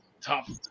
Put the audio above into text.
tough